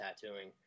tattooing